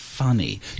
funny